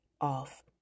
off